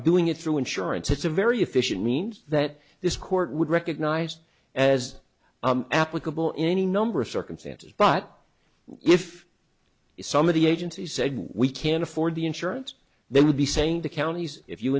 doing it through insurance it's a very efficient means that this court would recognize as applicable in any number of circumstances but if somebody agency said we can't afford the insurance there would be saying to counties if you